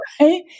right